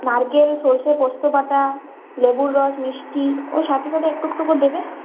নারকেল সর্ষে পোস্তবাটা লেবুর রস মিষ্টি ওর সাথে সাথে একটু একটু করে দেবে